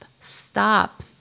stop